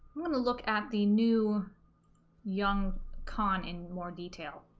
i'm gonna look at the new young khan in more detail